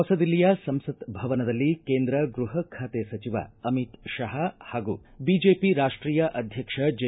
ಹೊಸ ದಿಲ್ಲಿಯ ಸಂಸತ್ ಭವನದಲ್ಲಿ ಕೇಂದ್ರ ಗ್ಬಹ ಖಾತೆ ಸಚಿವ ಅಮಿತ್ ಶಹಾ ಹಾಗೂ ಬಿಜೆಪಿ ರಾಷ್ಷೀಯ ಅಧ್ಯಕ್ಷ ಜೆ